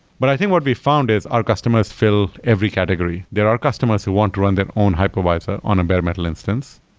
but i think what we found is our customers feel every category. there are customers who want to run their own hypervisor on a bare metal instance.